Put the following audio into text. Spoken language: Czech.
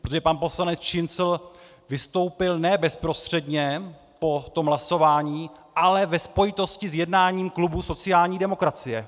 Protože pan poslanec Šincl vystoupil ne bezprostředně po tom hlasování, ale ve spojitosti s jednáním klubu sociální demokracie.